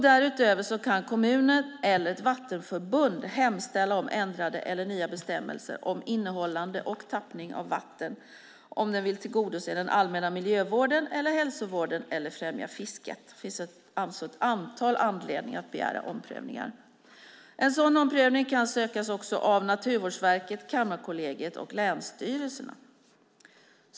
Därutöver kan kommunen eller ett vattenförbund hemställa om ändrade eller nya bestämmelser om innehållande och tappning av vatten om den vill tillgodose den allmänna miljövården eller hälsovården eller främja fisket. Det finns ett antal anledningar att begära omprövning. En omprövning kan också sökas av Naturvårdsverket, Kammarkollegiet och länsstyrelserna.